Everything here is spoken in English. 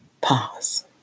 Pause